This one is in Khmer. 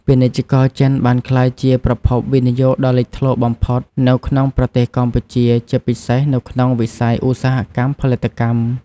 ពាណិជ្ជករចិនបានក្លាយជាប្រភពវិនិយោគដ៏លេចធ្លោបំផុតនៅក្នុងប្រទេសកម្ពុជា ជាពិសេសនៅក្នុងវិស័យឧស្សាហកម្មផលិតកម្ម។